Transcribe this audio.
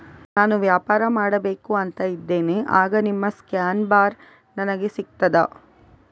ನಾನು ವ್ಯಾಪಾರ ಮಾಡಬೇಕು ಅಂತ ಇದ್ದೇನೆ, ಆಗ ನಿಮ್ಮ ಸ್ಕ್ಯಾನ್ ಬಾರ್ ನನಗೆ ಸಿಗ್ತದಾ?